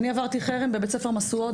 אני עברתי חרם בבית ספר משואות,